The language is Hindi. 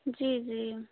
जी जी